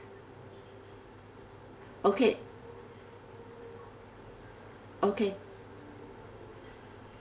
okay okay